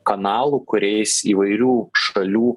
kanalų kuriais įvairių šalių